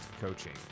Coaching